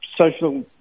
Social